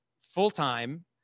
full-time